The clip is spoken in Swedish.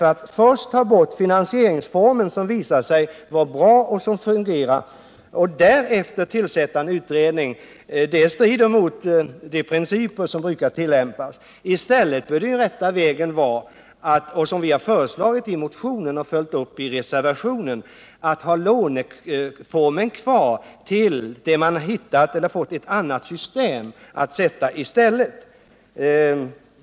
Att först ta bort en finansieringsform som visar sig vara bra och som fungerar och därefter tillsätta en utredning strider mot de principer som brukar tillämpas. I stället bör den rätta vägen vara att —som vi har föreslagit i motionen, som följts upp i reservationen — ha låneformen kvar tills man fått ett annat system att sätta i stället.